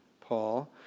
Paul